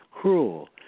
cruel